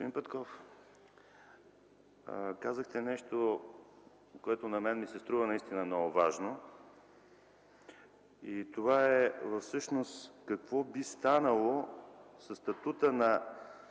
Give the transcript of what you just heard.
Петков, казахте нещо, което на мен ми се струва наистина много важно. И това е всъщност какво би станало със статута на